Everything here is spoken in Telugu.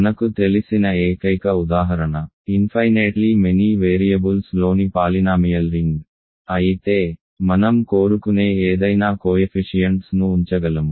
మనకు తెలిసిన ఏకైక ఉదాహరణ ఇన్ఫైనేట్లీ మెనీ వేరియబుల్స్లోని పాలినామియల్ రింగ్ అయితే మనం కోరుకునే ఏదైనా కోయెఫిషియంట్స్ ను ఉంచగలము